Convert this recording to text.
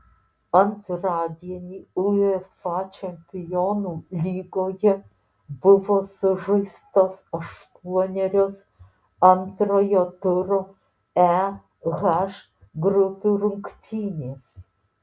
antradienį uefa čempionų lygoje buvo sužaistos aštuonerios antrojo turo e h grupių rungtynės